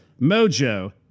mojo